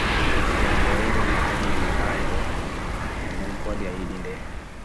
Defrete nɗeyere on ajangi neeɓai ɗo nɗen nɗen kowaɗo ayiɗi nɗe